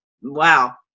Wow